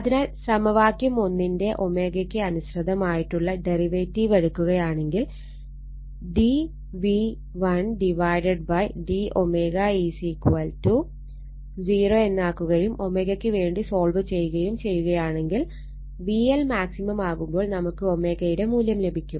അതിനാൽ സമവാക്യം ന്റെ ω ക്ക് അനുസൃതമായിട്ടുള്ള ഡെറിവേറ്റീവ് എടുക്കുകയാണെങ്കിൽ dVLd ω 0 എന്നാക്കുകയും ω ക്ക് വേണ്ടി സോൾവ് ചെയ്യുകയും ചെയ്യുകയാണെങ്കിൽ VL മാക്സിമം ആകുമ്പോൾ നമുക്ക് ω യുടെ മൂല്യം ലഭിക്കും